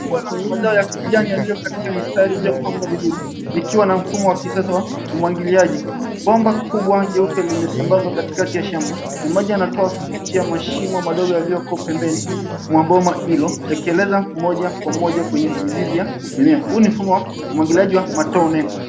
...kubwa la vikoleo ya kijani yaliyo katika mistari iliyopangwa vizuri vikiwa na mfumo wa kisasa wa umwagiliaji. Bomba kubwa jeupe limesambaza katikati ya shamba na maji yanatoa kupitia mashimo yaliyowekwa pembeni mwa bomba hilo yakieleza moja kwa moja kwenye mizizi ya mmea. Huu ni mfumo wa umwagiliaji wa matone